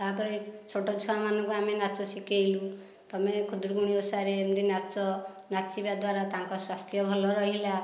ତାପରେ ଛୋଟ ଛୁଆମାନଙ୍କୁ ଆମେ ନାଚ ଶିଖାଇଲୁ ତୁମେ ଖୁଦୁରୁକୁଣୀ ଓଷାରେ ଏମିତି ନାଚ ନାଚିବା ଦ୍ୱାରା ତାଙ୍କ ସ୍ଵାସ୍ଥ୍ୟ ଭଲ ରହିଲା